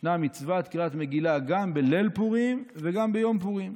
ישנה מצוות קריאת מגילה גם בליל פורים וגם ביום פורים.